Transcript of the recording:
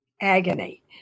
agony